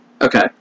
Okay